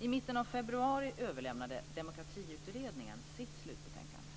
I mitten av februari överlämnade Demokratiutredningen sitt slutbetänkande.